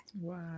wow